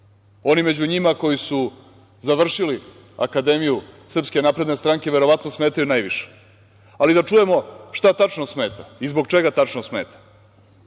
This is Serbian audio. Oni među njima koji su završili akademiju SNS verovatno smetaju najviše. Ali da čujemo šta tačno smeta i zbog čega tačno smeta.